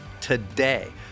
today